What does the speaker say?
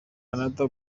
canada